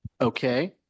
Okay